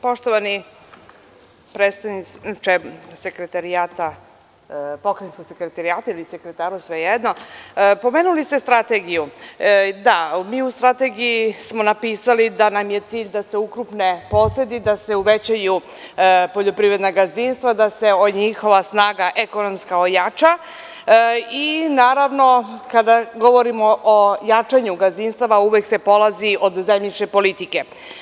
Poštovani predstavnici Sekretarijata, Pokrajinskog sekretarijata ili sekretara, svejedno, pomenuli ste strategiju, da, mi u Strategiji smo napisali da nam je cilj da se ukrupne posedi, da se uvećaju poljoprivredna gazdinstva, da se njihova snaga ekonomska ojača i naravno kada govorimo o jačanju gazdinstava uvek se polazi od zemljišne politike.